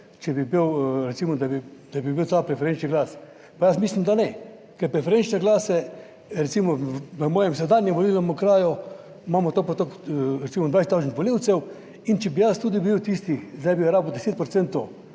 če bi bil, recimo da bi, da bi bil ta preferenčni glas. Pa jaz mislim, da ne. Ker preferenčne glase recimo v mojem sedanjem volilnem okraju, imamo toliko pa toliko, recimo 20 tisoč volivcev in če bi jaz tudi bil tisti, zdaj bi rabil 10